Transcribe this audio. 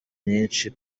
myinshi